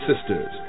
sisters